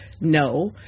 No